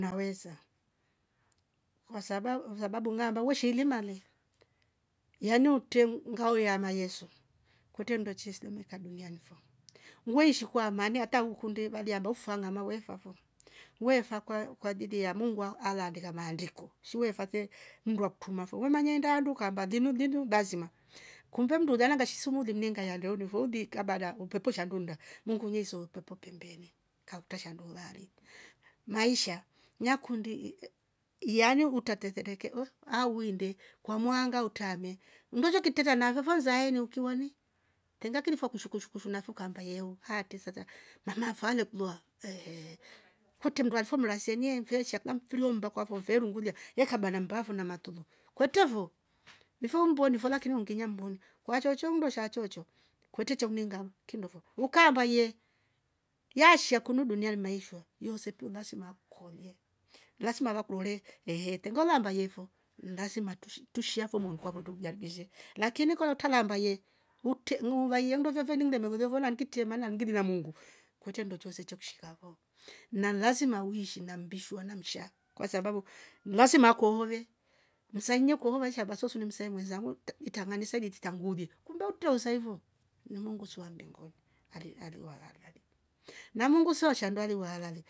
Naweza kwasabo kwasabu ngamba weshilimale yani utem nguya mayeso kute mndo chisemeka dunia fo weishi kwa amani ukunde valiamba ufu vangama wefo wefa kwaya kwa ajili ya mungu wa ala ndeeka maandiko shi wefate mndwa kutuma fu wemanye handu kamba ndilundilu bazima, kumbe mndu lanya ngashisu muumlinga yande unifoli kabana na upepo sha dunda mungu nyeso pepo pembeni kauta shandu lale lemi. Maisha yakundi yani utatekere ohh awinde kwa mwanga utame mndocho kitila na vafe uzae nikiwa ni tenga kili fakushukushuku nafu kamba yeu hateseta mama fale kuloa ehh kutwa mndwa fumorasi enye mvesha kila mfiri omba kwa vove rungulia ye kabana mbavo na matolo kwete vo mfumbwe ni vola kiniu nganya mboni kwa chocho ndosha chocho kwete chau ningama kindovo, ukamba ye yashia kunu duniali maishwa yosepio lazima akukolie lazima wakulole ehhe tenga wamba yefo ni lazima tushi tushiavo monkwa vo tujaribishe lakini kola talamba ye hute ngu vaye ndovyo ningde movoliova nangite maana ngiri na mungu kwete ndochoose cho kishavo na lazima uishi na mbishwa na msha kwasabu lazima kuhove msenye kuloweva baso sunemse ngwezambo ta. itanganisa li teta ngulio kumboto toiso ivo mnongo swandengoi ale ale arewa rangari na mungu soashandaliwa walale